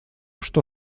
что